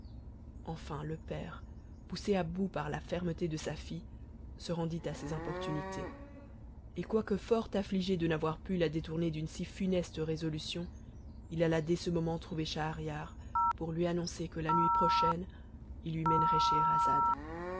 enfin le père poussé à bout par la fermeté de sa fille se rendit à ses importunités et quoique fort affligé de n'avoir pu la détourner d'une si funeste résolution il alla dès ce moment trouver schahriar pour lui annoncer que la nuit prochaine il lui mènerait scheherazade